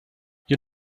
you